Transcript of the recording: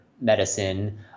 medicine